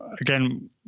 again